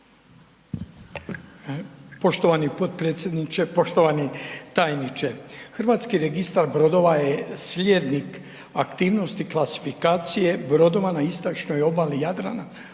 Poštovani potpredsjedniče, poštovani tajniče. HRB je slijednik aktivnosti klasifikacije brodova na istočnoj obali Jadrana